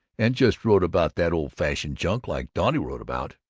and just wrote about that old-fashioned junk like dante wrote about.